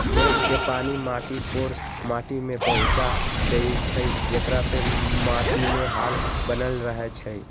मेघ के पानी माटी कोर माटि में पहुँचा देइछइ जेकरा से माटीमे हाल बनल रहै छइ